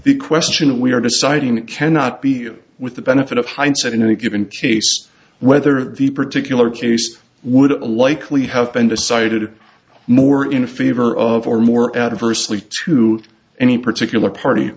the question we are deciding it cannot be with the benefit of hindsight in any given case whether the particular case would likely have been decided more in favor of or more adversely to any particular party